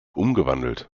umgewandelt